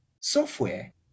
software